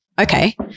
okay